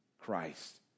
Christ